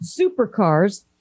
supercars